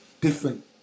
different